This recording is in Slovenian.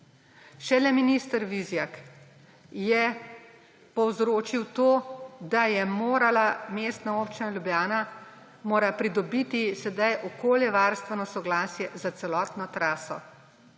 Šele minister Vizjak je povzročil to, da Mestna občina Ljubljana mora pridobiti sedaj okoljevarstveno soglasje za celotno traso.